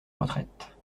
retraite